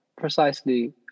precisely